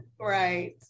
right